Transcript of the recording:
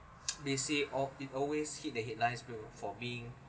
they said of it's always hit the headlines will for being